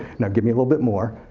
now give me a little bit more.